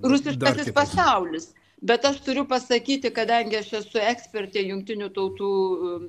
rusiškasis pasaulis bet aš turiu pasakyti kadangi aš esu ekspertė jungtinių tautų